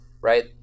right